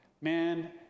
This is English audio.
Man